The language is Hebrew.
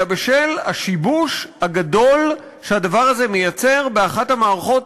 אלא בשל השיבוש הגדול שהדבר הזה מייצר באחת המערכות